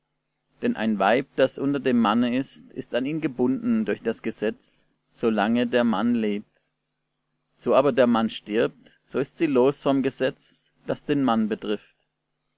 denn ein weib das unter dem manne ist ist an ihn gebunden durch das gesetz solange der mann lebt so aber der mann stirbt so ist sie los vom gesetz das den mann betrifft